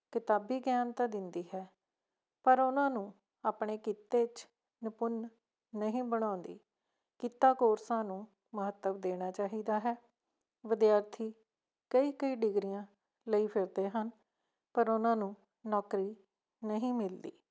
ਕਿਤਾਬੀ ਗਿਆਨ ਤਾਂ ਦਿੰਦੀ ਹੈ ਪਰ ਉਹਨਾਂ ਨੂੰ ਆਪਣੇ ਕਿੱਤੇ 'ਚ ਨਿਪੁੰਨ ਨਹੀਂ ਬਣਾਉਂਦੀ ਕਿੱਤਾ ਕੋਰਸਾਂ ਨੂੰ ਮਹੱਤਵ ਦੇਣਾ ਚਾਹੀਦਾ ਹੈ ਵਿਦਿਆਰਥੀ ਕਈ ਕਈ ਡਿਗਰੀਆਂ ਲਈ ਫਿਰਦੇ ਹਨ ਪਰ ਉਹਨਾਂ ਨੂੰ ਨੌਕਰੀ ਨਹੀਂ ਮਿਲਦੀ